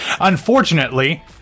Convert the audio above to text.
Unfortunately